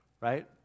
right